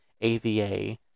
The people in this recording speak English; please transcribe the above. AVA